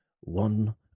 One